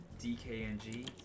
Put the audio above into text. DKNG